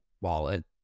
wallet